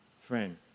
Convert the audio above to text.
friend